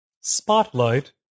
Spotlight